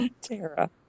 Tara